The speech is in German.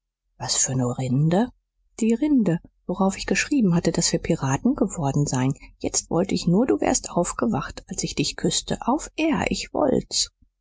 was für ne rinde die rinde worauf ich geschrieben hatte daß wir piraten geworden seien jetzt wollt ich nur du wärst aufgewacht als ich dich küßte auf ehre ich wollt's